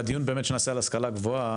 בדיון שנעשה על השכלה גבוהה,